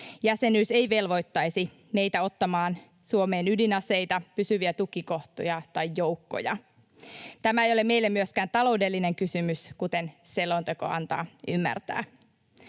Jäsenyys ei velvoittaisi meitä ottamaan Suomeen ydinaseita, pysyviä tukikohtia tai joukkoja. Tämä ei ole meille myöskään taloudellinen kysymys, kuten selonteko antaa ymmärtää.